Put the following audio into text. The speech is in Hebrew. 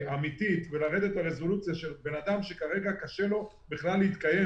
אמיתית וירידה לרזולוציה של בן-אדם שכרגע קשה לו בכלל להתקיים.